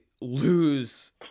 lose